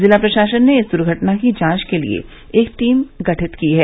जिला प्रशासन ने इस दुर्घटना की जांच के लिए एक टीम का गठन किया है